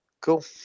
cool